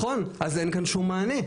נכון, אז אין כאן שום מענה.